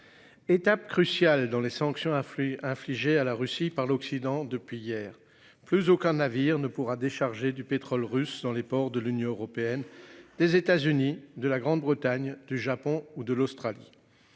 Étape cruciale dans les sanctions affluent infligées à la Russie par l'Occident depuis hier plus aucun navire ne pourra décharger du pétrole russe dans les ports de l'Union européenne, des États-Unis, de la Grande-Bretagne, du Japon ou de l'Australie.